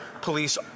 police